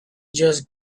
just